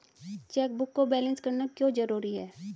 Chequebook को balance करना क्यों जरूरी है?